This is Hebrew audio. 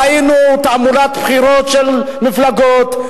ראינו תעמולת בחירות של מפלגות.